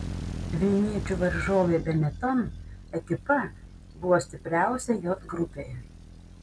vilniečių varžovė benetton ekipa buvo stipriausia j grupėje